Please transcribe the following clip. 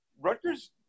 Rutgers